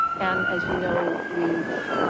and as you know, we've